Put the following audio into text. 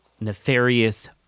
nefarious